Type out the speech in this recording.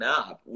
up